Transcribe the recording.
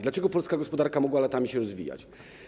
Dlaczego polska gospodarka mogła latami się rozwijać?